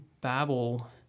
Babel